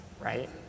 Right